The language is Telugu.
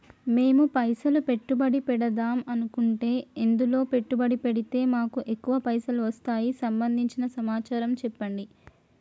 మేము పైసలు పెట్టుబడి పెడదాం అనుకుంటే ఎందులో పెట్టుబడి పెడితే మాకు ఎక్కువ పైసలు వస్తాయి సంబంధించిన సమాచారం చెప్పండి?